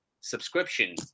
subscription